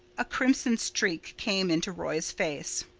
a crimson streak came into roy's face.